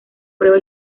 prueba